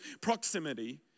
proximity